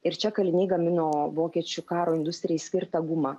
ir čia kaliniai gamino vokiečių karo industrijai skirtą gumą